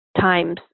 times